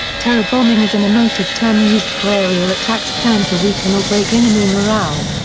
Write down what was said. terror bombing is an emotive term used for aerial attacks planned to weaken or break enemy morale.